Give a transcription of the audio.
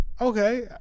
okay